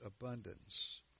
abundance